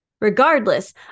Regardless